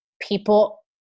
people